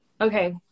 Okay